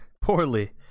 poorly